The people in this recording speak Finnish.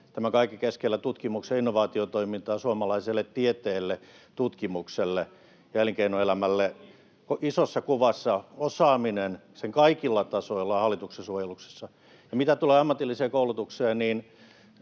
tämän kaiken keskellä tutkimukseen ja innovaatiotoimintaan, suomalaiselle tieteelle, tutkimukselle ja elinkeinoelämälle. [Timo Harakan välihuuto] Isossa kuvassa osaaminen sen kaikilla tasoilla on hallituksen suojeluksessa. Ja mitä tulee ammatilliseen koulutukseen, niin